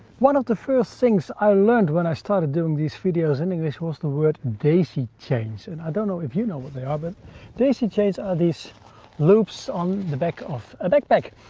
one of the first things i learned when i started doing these videos, i think this was the word daisy chains, and i don't know if you know what they are, but daisy chains are these loops on the back of a backpack.